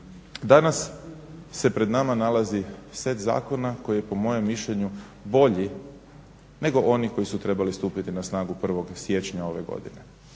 Danas se pred nama nalazi set zakona koji je po mojem mišljenju bolji nego oni koji su trebali stupiti na snagu 1. siječnja ove godine.